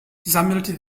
sammelte